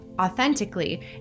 authentically